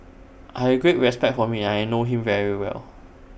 I have great respect for him and I know him very well